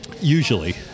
Usually